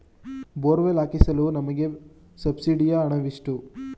Borewell ಹಾಕಿಸಲು ನಮಗೆ ಸಬ್ಸಿಡಿಯ ಹಣವೆಷ್ಟು?